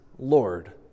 Lord